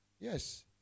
Yes